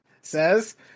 says